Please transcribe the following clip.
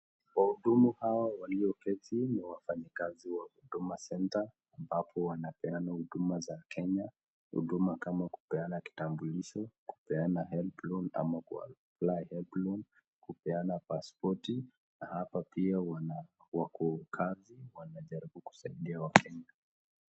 Wahudumu hawa walioketi ni wafanyikazi wa Huduma centre, ambapo wanapeana huduma za Kenya. Huduma kama kupeana kitambulisho, kupeana helb loan ama kuapply helb loan kupeana pasipoti, na hapa pia wako kazi, wanajaribu kusaidia wakenya.